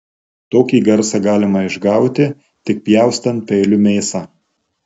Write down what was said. tokį garsą galima išgauti tik pjaustant peiliu mėsą